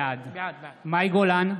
בעד מאי גולן,